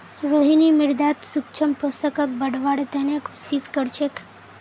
रोहिणी मृदात सूक्ष्म पोषकक बढ़व्वार त न कोशिश क र छेक